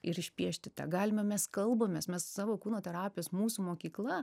ir išpiešti tegalime mes kalbamės mes savo kūno terapijos mūsų mokykla